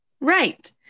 right